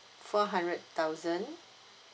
four hundred thousand